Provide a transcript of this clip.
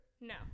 no